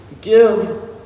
give